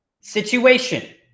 situation